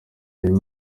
ayo